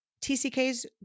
TCKs